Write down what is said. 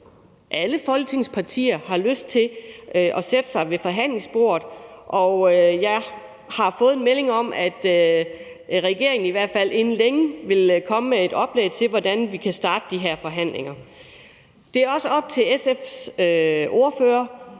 alle Folketingets partier har lyst til at sætte sig ved forhandlingsbordet, og jeg har fået en melding om, at regeringen i hvert fald inden længe vil komme med et oplæg til, hvordan vi kan starte de her forhandlinger. Det er op til SF's ordfører,